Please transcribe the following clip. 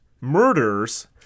murders